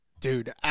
Dude